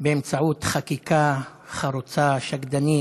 באמצעות חקיקה חרוצה, שקדנית,